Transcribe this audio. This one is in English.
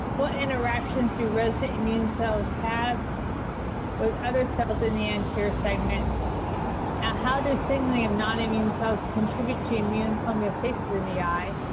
what interactions do resident immune cells have with other cells in the anterior segment and how do signaling of non-immune cells contribute to immune homeostasis in the eye.